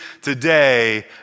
Today